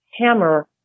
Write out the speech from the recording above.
hammer